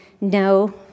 no